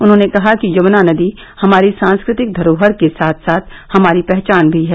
उन्होंने कहा कि यमुना नदी हमारी सांस्कृतिक धरोहर के साथ साथ हमारी पहचान भी है